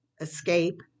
escape